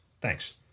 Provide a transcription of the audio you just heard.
Thanks